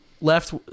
Left